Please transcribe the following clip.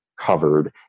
covered